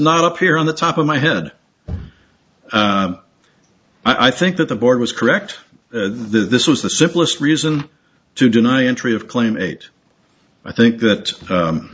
not appear on the top of my head i think that the board was correct this was the simplest reason to deny entry of claim eight i think that